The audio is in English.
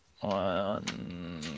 one